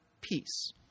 peace